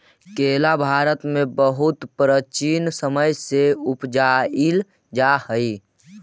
केला भारत में बहुत प्राचीन समय से उपजाईल जा हई